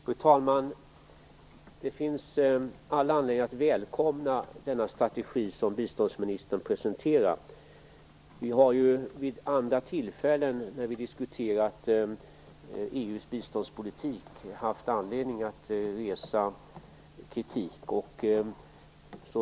Fru talman! Det finns all anledning att välkomna den strategi som biståndsministern har presenterat. Vid andra tillfällen när vi har diskuterat EU:s biståndspolitik har vi haft anledning att resa kritik.